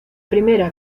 primera